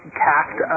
cast